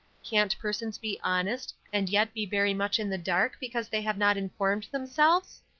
can't persons be honest, and yet be very much in the dark because they have not informed themselves?